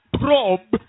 probe